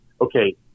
okay